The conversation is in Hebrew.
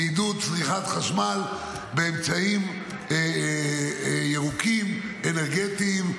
זה עידוד צריכת חשמל באמצעים ירוקים אנרגטיים,